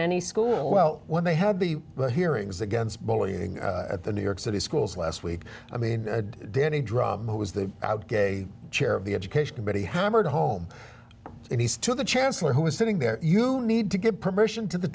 any school well when they had the hearings against bullying at the new york city schools last week i mean did he drop was the gay chair of the education committee hammered home at least to the chancellor who is sitting there you need to get permission to the